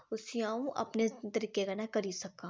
उसी अ'ऊं अपने तरीके कन्नै करी सकां